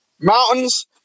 mountains